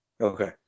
Okay